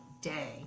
day